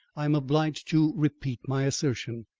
i am obliged to repeat my assertion.